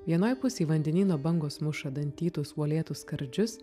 vienoj pusėj vandenyno bangos muša dantytus uolėtus skardžius